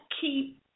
keep